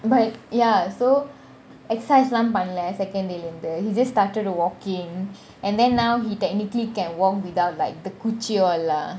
but ya so exercise லாம் பண்ணல :lam panala second day லந்து :lanthu he just started walking and then now he technically can walk without like the குச்சி :kuchi all lah